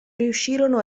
riuscirono